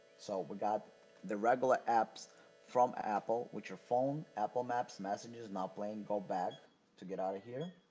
so we got the regular apps from apple with your phone apple maps, messenger, now playing. go back to get out of here.